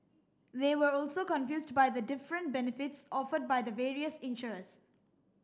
they were also confused by the different benefits offered by the various insurers